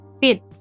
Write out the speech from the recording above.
fit